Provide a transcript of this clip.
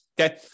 Okay